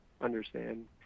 understand